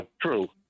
True